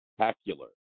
spectacular